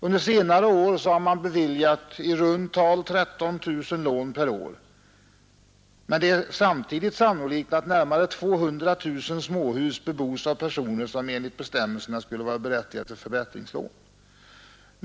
Under senare år har man beviljat i runt tal 13 000 lån per år, men det är samtidigt sannolikt att närmare 200 000 småhus bebos av personer som enligt bestämmelserna skulle vara berättigade till förbättringslån.